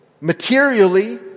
materially